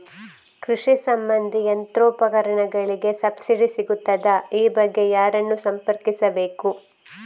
ಕೃಷಿ ಸಂಬಂಧಿ ಯಂತ್ರೋಪಕರಣಗಳಿಗೆ ಸಬ್ಸಿಡಿ ಸಿಗುತ್ತದಾ? ಈ ಬಗ್ಗೆ ಯಾರನ್ನು ಸಂಪರ್ಕಿಸಬೇಕು?